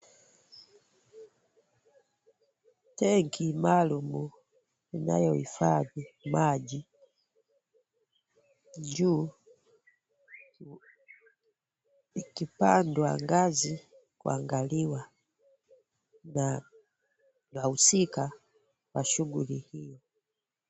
Tanki maalum linalo hifadhi maji juu ikipanda ngazi kuangaliwa, na wahusika wa shughuli hiyo.